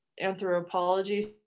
anthropology